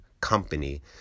company